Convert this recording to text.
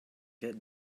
get